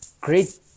great